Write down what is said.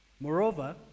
Moreover